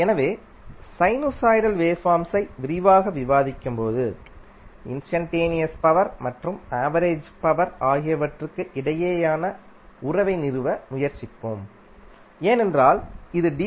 எனவே சைனுசாய்டல் வேவ்ஃபார்ம்ஸை விரிவாக விவாதிக்கும்போது இன்ஸ்டன்டேனியஸ் பவர் மற்றும் ஆவரேஜ் பவர் ஆகியவற்றுக்கு இடையேயான உறவை நிறுவ முயற்சிப்போம் ஏனென்றால் இது டி